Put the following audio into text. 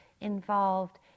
involved